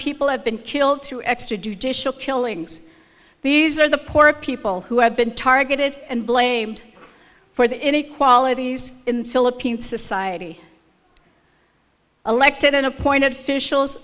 people have been killed through extra judicial killings these are the poor people who have been targeted and blamed for the inequalities in philippine society elected and appointed officials